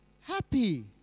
happy